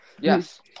Yes